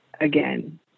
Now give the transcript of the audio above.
again